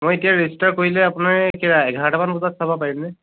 মই এতিয়া ৰেজিষ্টাৰ কৰিলে আপোনাৰ কেইটা এঘাৰটামান বজাত চাব পাৰিমনে